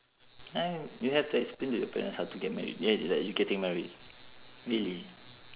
!huh! you have to explain to your parents how to get married like you getting married really